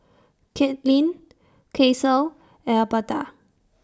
Katlynn Caesar Elberta